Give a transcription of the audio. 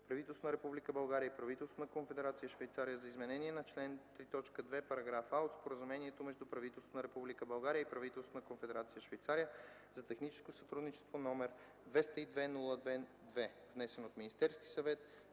правителството на Република България и правителството на Конфедерация Швейцария за изменение на чл. 3.2, параграф „а” от Споразумението между правителството на Република България и правителството на Конфедерация Швейцария за техническо сътрудничество, № 202-02-2, внесен от Министерския съвет